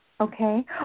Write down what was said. Okay